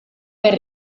ben